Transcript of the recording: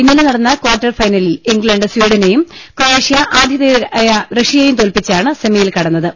ഇന്നലെ നടന്ന കാർട്ടർ ഫൈനലിൽ ഇംഗ്ലണ്ട് സ്വീഡനെയും ക്രൊയേഷ്യ ആഥിതേയരായ റഷ്യയെയും തോൽപ്പിച്ചാണ് സെമിയിൽ കടന്നത്